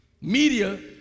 Media